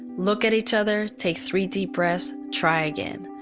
look at each other, take three deep breaths, try again.